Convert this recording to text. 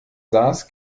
saß